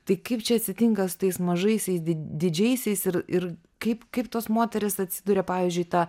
tai kaip čia atsitinka su tais mažaisiais di didžiaisiais ir ir kaip kaip tos moterys atsiduria pavyzdžiui ta